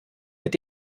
mit